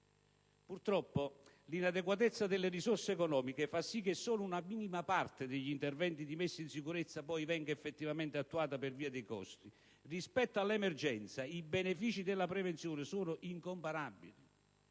Purtroppo l'inadeguatezza delle risorse economiche fa sì che solo una minima parte degli interventi di messa in sicurezza venga effettivamente attuata per via dei costi. Rispetto all'emergenza, i benefici della prevenzione sono incomparabili.